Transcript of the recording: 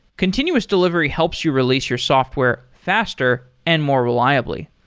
continuous delivery helps you release your software faster and more reliably.